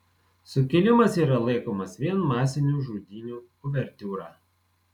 sukilimas yra laikomas vien masinių žudynių uvertiūra